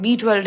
B12